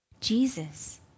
Jesus